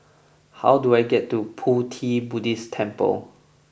how do I get to Pu Ti Buddhist Temple